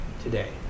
today